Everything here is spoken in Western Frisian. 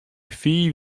fiif